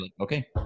Okay